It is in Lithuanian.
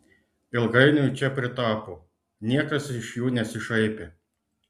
ilgainiui čia pritapo niekas iš jų nesišaipė